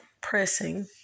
pressing